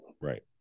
Right